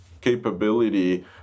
capability